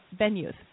venues